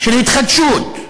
של התחדשות.